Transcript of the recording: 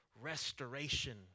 restoration